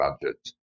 budgets